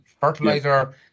Fertilizer